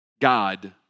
God